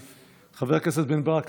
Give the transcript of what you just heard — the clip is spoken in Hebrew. חבר הכנסת בן ברק,